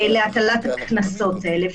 להטלת הקנסות האלה.